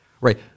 Right